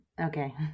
Okay